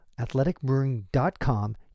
athleticbrewing.com